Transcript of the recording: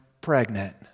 pregnant